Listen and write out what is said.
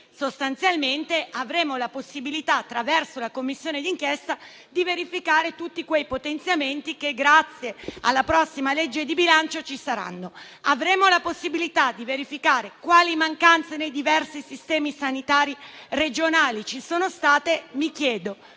sostanzialmente avremo la possibilità attraverso la Commissione di inchiesta di verificare tutti quei potenziamenti che, grazie alla prossima legge di bilancio, ci saranno. Avremo altresì la possibilità di verificare quali mancanze ci sono state nei diversi sistemi sanitari regionali. Mi chiedo